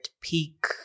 peak